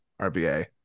RBA